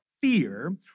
fear